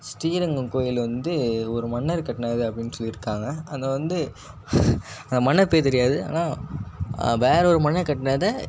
ஸ்ரீரங்கம் கோயில் வந்து ஒரு மன்னர் கட்டினாரு அப்படினு சொல்லியிருக்காங்க ஆனால் வந்து அந்த மன்னர் பேர் தெரியாது ஆனா வேறொரு மன்னர் கட்டினத